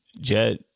Jet